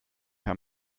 herr